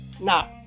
Now